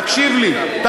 והם לא, תקשיב לי.